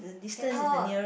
cannot